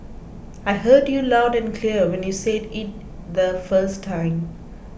I heard you loud and clear when you said it the first time